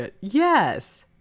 Yes